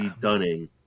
dunning